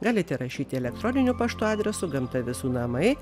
galite rašyti elektroniniu paštu adresu gamta visų namai